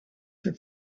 could